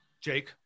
Jake